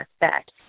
effect